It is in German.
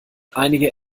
einige